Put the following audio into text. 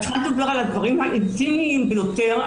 את צריכה לדבר על הדברים האינטימיים ביותר,